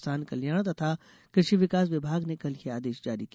किसान कल्याण तथा कृषि विकास विभाग ने कल यह आदेश जारी किया